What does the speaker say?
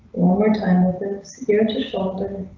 one more time with this here to shoulder.